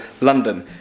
London